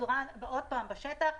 עוד פעם בשטח,